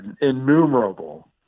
innumerable –